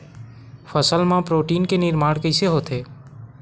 फसल मा प्रोटीन के निर्माण कइसे होथे?